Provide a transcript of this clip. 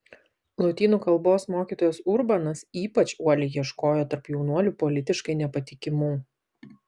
lotynų kalbos mokytojas urbanas ypač uoliai ieškojo tarp jaunuolių politiškai nepatikimų